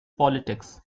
politics